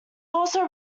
also